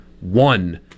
one